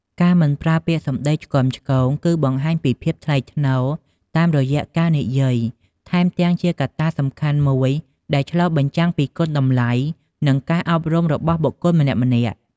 ការមិនប្រើពាក្យសម្ដីឆ្គាំឆ្គង គឺបង្ហាញពីភាពថ្លៃថ្នូរតាមរយៈការនិយាយ ថែមទាំងជាងកត្តាសំខាន់មួយដែលឆ្លុះបញ្ចាំងពី គុណតម្លៃ និង ការអប់រំរបស់បុគ្គលម្នាក់ៗ។